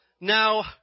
now